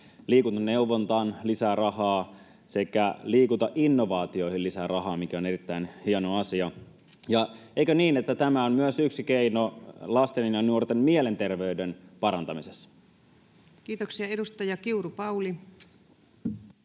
liikuntaneuvontaan lisää rahaa sekä liikuntainnovaatioihin lisää rahaa, mikä on erittäin hieno asia. Eikö niin, että tämä on myös yksi keino lasten ja nuorten mielenterveyden parantamisessa? [Speech 58] Speaker: